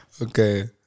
Okay